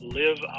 live